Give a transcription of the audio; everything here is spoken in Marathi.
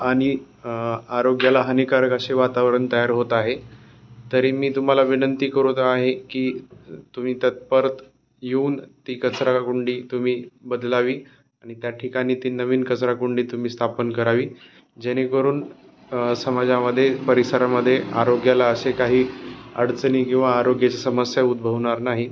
आणि आ आरोग्याला हानिकारक असे वातावरण तयार होत आहे तरी मी तुम्हाला विनंती करत आहे की तुम्ही तत्पर येऊन ती कचराकुंडी तुम्ही बदलावी आणि त्या ठिकाणी ती नवीन कचराकुंडी तुम्ही स्थापन करावी जेणेकरून समाजामध्ये परिसरामध्ये आरोग्याला असे काही अडचणी किंवा आरोग्याची समस्या उदभवणार नाही